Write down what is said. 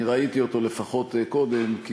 אני ראיתי אותו לפחות קודם.